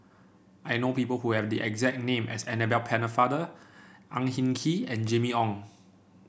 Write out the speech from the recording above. I know people who have the exact name as Annabel Pennefather Ang Hin Kee and Jimmy Ong